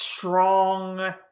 strong